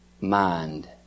mind